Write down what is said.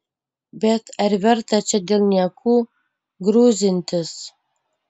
bet ar verta čia dėl niekų grūzintis